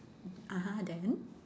(uh huh) then